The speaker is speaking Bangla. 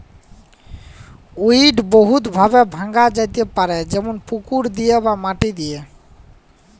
উইড বহুত ভাবে ভাঙা হ্যতে পারে যেমল পুকুর দিয়ে বা মাটি দিয়ে